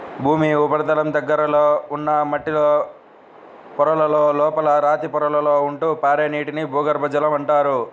భూమి ఉపరితలం దగ్గరలో ఉన్న మట్టిలో పొరలలో, లోపల రాతి పొరలలో ఉంటూ పారే నీటిని భూగర్భ జలం అంటారు